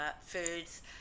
foods